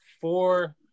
four